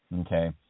Okay